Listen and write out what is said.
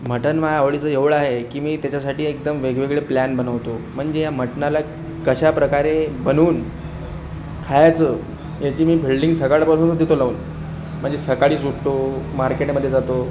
मटण my आवडीचं एवढं आहे की मी त्याच्यासाठी एकदम वेगवेगळे प्लान बनवतो म्हणजे मटनाला कशाप्रकारे बनवून खायचं ह्याची मी फेल्डिंग सकाळपासूनच देतो लावून म्हणजे सकाळीच उठतो मार्केटमध्ये जातो